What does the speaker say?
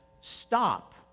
stop